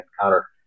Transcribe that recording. encounter